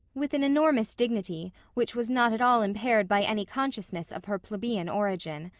with an enormous dignity which was not at all impaired by any consciousness of her plebian origin.